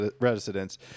residents